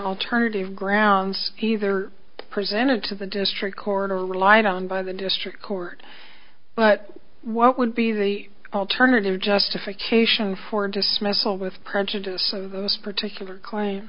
alternative grounds either presented to the district court or relied on by the district court but what would be the alternative justification for dismissal with prejudice of those particular claim